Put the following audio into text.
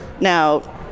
Now